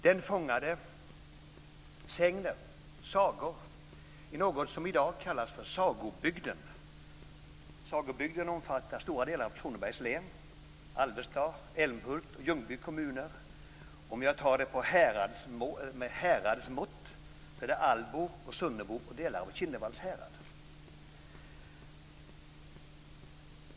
Den fångade sägner, sagor, i något som i dag kallas för Sagobygd. Sagobygd omfattas av stora delar av Kronobergs län, Alvesta, Älmhult och Ljungby kommuner. Om jag använder häradsmått är det fråga om Allbo, Sunnerbo och delar av Kinnevalls härader.